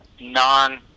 non